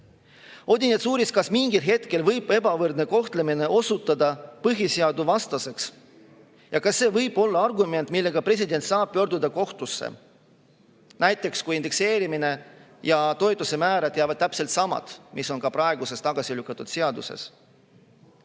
Odinets uuris, kas mingil hetkel võib ebavõrdne kohtlemine osutuda põhiseadusvastaseks ja kas see võib olla argument, millega president saab pöörduda kohtusse. Näiteks, kui indekseerimine ja toetusemäärad jäävad täpselt samad, mis on praeguses tagasi lükatud seaduses.